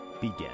begin